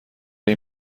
این